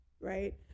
right